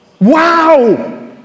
Wow